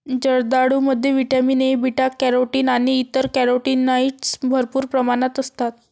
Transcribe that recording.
जर्दाळूमध्ये vitamin A, beta carotene आणि इतर कॅरोटीनॉइड्स भरपूर प्रमाणात असतात